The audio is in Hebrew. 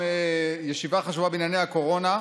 ישיבה חשובה בענייני הקורונה.